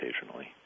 occasionally